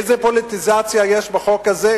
איזה פוליטיזציה יש בחוק הזה?